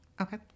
okay